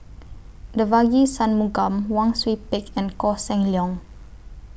Devagi Sanmugam Wang Sui Pick and Koh Seng Leong